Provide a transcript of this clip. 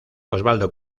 osvaldo